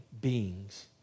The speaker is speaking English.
beings